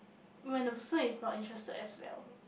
when the person is not interested as liao